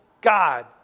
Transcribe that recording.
God